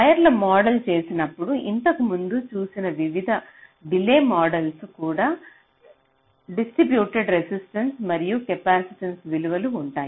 వైర్లను మోడల్ చేసినప్పుడు ఇంతకుముందు చూసిన వివిధ డిలే మోడళ్లలో కూడా డిస్ట్రిబ్యూటెడ్ రెసిస్టెన్స మరియు కెపాసిటెన్స విలువలు ఉంటాయి